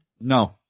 No